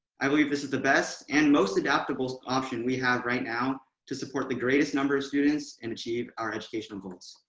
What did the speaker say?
i believe this is the best and most adaptable option we have right now to support the greatest number of students and achieve our educational goals.